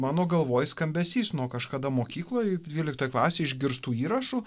mano galvoj skambesys nuo kažkada mokykloj dvyliktoj klasėj išgirstų įrašų